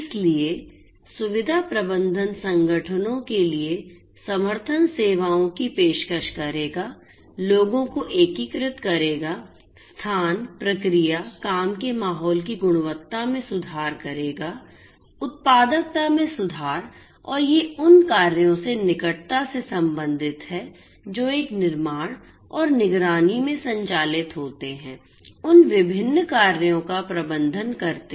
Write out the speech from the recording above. इसलिए सुविधा प्रबंधन संगठनों के लिए समर्थन सेवाओं की पेशकश करेगा लोगों को एकीकृत करेगा स्थान प्रक्रिया काम के माहौल की गुणवत्ता में सुधार करेगा उत्पादकता में सुधार और ये उन कार्यों से निकटता से संबंधित हैं जो एक निर्माण और निगरानी में संचालित होते हैं उन विभिन्न कार्यों का प्रबंधन करते हैं